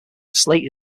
slate